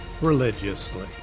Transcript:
religiously